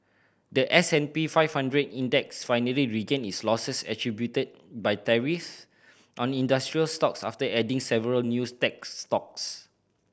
the S and P five hundred Index finally regained its losses attributed by tariffs on industrial stocks after adding several news tech stocks